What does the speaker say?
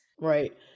Right